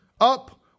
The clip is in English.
up